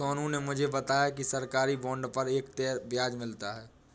सोनू ने मुझे बताया कि सरकारी बॉन्ड पर एक तय ब्याज मिलता है